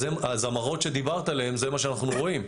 אז המראות שדיברת עליהן זה מה שאנחנו רואים,